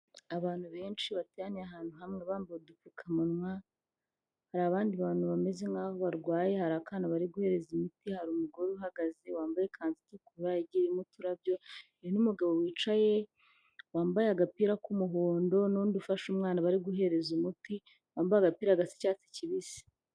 Abantu benshi bateraniye ahantu hamwe bambaye udupfukamunwa hari abandi bantu bameze nkaho barwaye hari akana bari guhereza imiti hari umugore uhagaze wambaye ikanzu itukura igiyerimo uturabyo numugabo wicaye wambaye agapira k'umuhondo nundi ufasha umwana bari guhereza umuti wambaye agapira k'icyatsi kibisi.